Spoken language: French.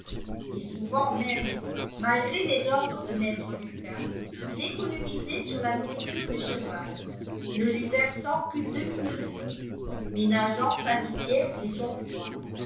et souvent même malgré les ordres de maître lucas il économisait sur la nourriture du cheval ne lui versant qu'une demi mesure ménageant sa litière et son foin